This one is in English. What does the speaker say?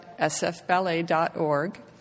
sfballet.org